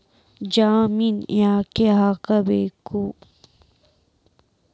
ಜಾಮಿನ್ ಯಾಕ್ ಆಗ್ಬೇಕು?